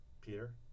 Peter